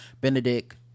Benedict